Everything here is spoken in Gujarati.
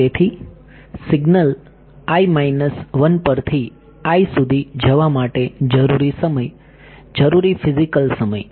તેથી સિગ્નલ પરથી જવા માટે જરૂરી સમય જરૂરી ફિઝિકલ સમય